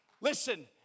Listen